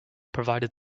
provided